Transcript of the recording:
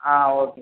ah okay sir